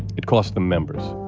it cost them members.